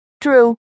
True